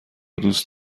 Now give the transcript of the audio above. دوست